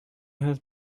have